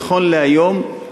נכון להיום,